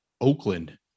Oakland